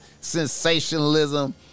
sensationalism